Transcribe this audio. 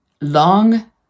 long